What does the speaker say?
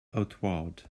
outward